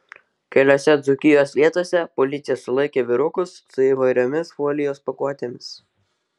keliose dzūkijos vietose policija sulaikė vyrukus su įvairiomis folijos pakuotėmis